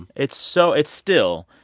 and it's so it's still,